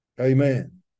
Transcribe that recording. Amen